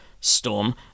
storm